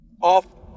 off